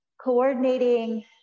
coordinating